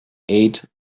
ate